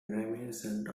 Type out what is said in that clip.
reminiscent